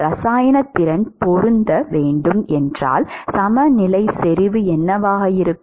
இரசாயன திறன் பொருந்த வேண்டும் என்றால் சமநிலை செறிவு என்னவாக இருக்கும்